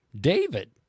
David